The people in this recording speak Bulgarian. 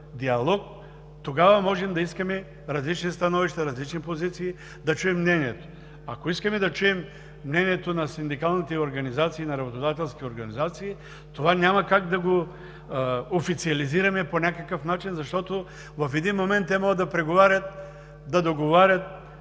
тогава да искаме различни становища, различни позиции, да чуем мнение. Ако искаме да чуем мнението на синдикалните и работодателските организации, това няма как да го официализираме по някакъв начин, защото в един момент те могат да преговарят, да договарят,